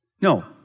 No